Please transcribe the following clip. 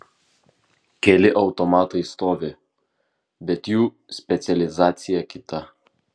keli automatai stovi bet jų specializacija kita